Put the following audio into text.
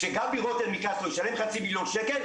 כשגבי רוטר מקסטרו ישלם חצי מיליון שקל,